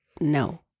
no